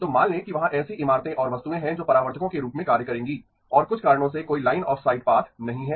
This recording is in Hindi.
तो मान लें कि वहाँ ऐसी इमारतें और वस्तुएं हैं जो परावर्तकों के रूप में कार्य करेंगी और कुछ कारणों से कोई लाइन ऑफ़ साइट पाथ नहीं है